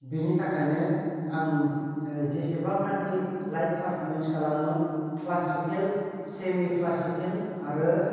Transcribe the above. बिनि थाखायनो आं जेसेबांनाखि लाइब पारफरमेन्स खालामो क्लासिकेल सेमि क्लासिकेल आरो